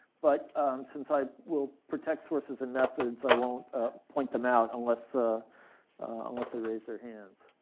but since i will protect sources and methods i won't ah point them out unless ah unless they raise their hands.